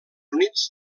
units